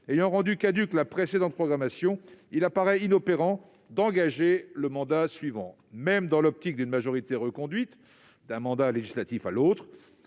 ayant rendu caduque la précédente programmation, il paraît inopérant d'engager le mandat suivant. Même dans l'hypothèse d'une majorité reconduite d'un mandat législatif à l'autre,